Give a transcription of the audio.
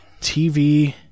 TV